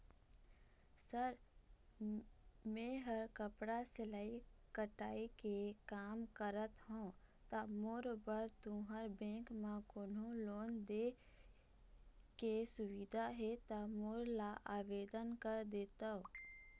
Sir मेहर कपड़ा सिलाई कटाई के कमा करत हों ता मोर बर तुंहर बैंक म कोन्हों लोन दे के सुविधा हे ता मोर ला आवेदन कर देतव?